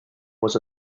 was